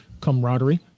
camaraderie